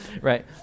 Right